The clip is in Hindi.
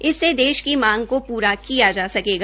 इससे देश की मांग को पूरा किया जा सकेगा